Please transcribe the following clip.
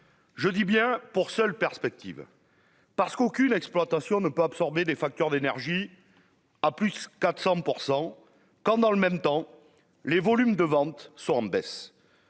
Je dis bien pour seule perspective parce qu'aucune exploitation ne pas absorber des factures d'énergie à plus 400 % quand dans le même temps, les volumes de ventes sont en baisse